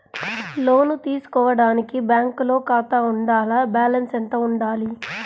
లోను తీసుకోవడానికి బ్యాంకులో ఖాతా ఉండాల? బాలన్స్ ఎంత వుండాలి?